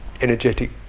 energetic